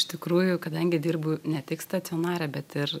iš tikrųjų kadangi dirbu ne tik stacionare bet ir